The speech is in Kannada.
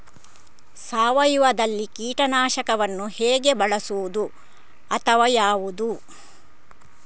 ಸಾವಯವದಲ್ಲಿ ಕೀಟನಾಶಕವನ್ನು ಹೇಗೆ ಬಳಸುವುದು ಅಥವಾ ಯಾವುದು?